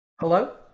Hello